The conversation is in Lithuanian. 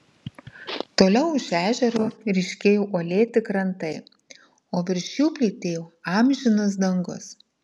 toliau už ežero ryškėjo uolėti krantai o virš jų plytėjo amžinas dangus